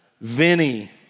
Vinny